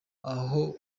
aho